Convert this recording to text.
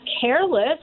careless